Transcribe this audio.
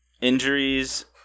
injuries